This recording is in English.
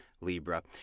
Libra